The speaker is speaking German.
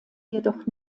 jedoch